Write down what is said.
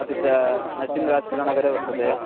अपि चा नरसिंहराजपुरनगरे वर्तते